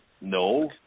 No